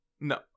No